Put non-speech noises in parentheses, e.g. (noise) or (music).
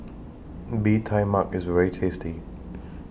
Bee Tai Mak IS very tasty (noise)